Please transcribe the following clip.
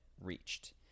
reached